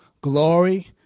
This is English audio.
glory